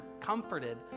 comforted